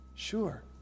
Sure